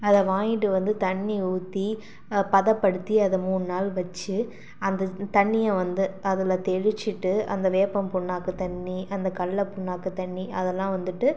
அதை வாங்கிகிட்டு வந்து தண்ணி ஊற்றி பதப்படுத்தி அதை மூண் நாள் வச்சு அந்த தண்ணியை வந்து அதில் தெளிச்சிவிட்டு அந்த வேப்பம் புண்ணாக்கு தண்ணி அந்த கல்லப் புண்ணாக்கு தண்ணி அதெல்லாம் வந்துவிட்டு